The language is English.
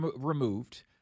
removed